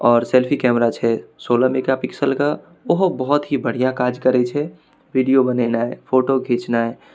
आओर selfie camera छै सोलह मेगा पिक्सलके ओहो बहुत ही बढ़िआँ काज करै छै वीडिओ बनेनाइ फोटो घिचनाइ